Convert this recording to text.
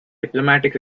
diplomatic